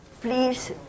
Please